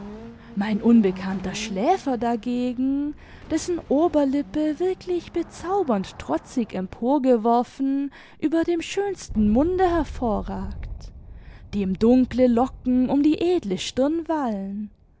mein unbekannter schläfer dagegen dessen oberlippe wirklich bezaubernd trotzig emporgeworfen über dem schönsten munde hervorragt dem dunkle locken um die edle stirn wallen